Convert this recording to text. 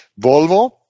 Volvo